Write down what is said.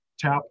tap